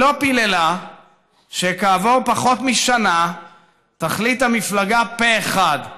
היא לא פיללה שכעבור פחות משנה תחליט המפלגה פה אחד,